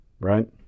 right